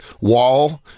wall